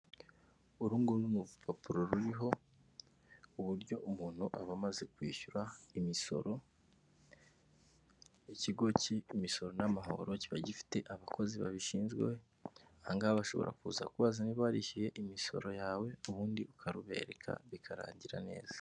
Urunguru ni urupapuro ruriho uburyo umuntu aba amaze kwishyura imisoro, ikigo cy'imisoro n'amahoro, kiba gifite abakozi babishinzwe, aha ngaha bashobora kuza kukubaza niba warishyuye imisoro yawe, ubundi ukarubereka bikarangira neza.